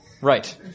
Right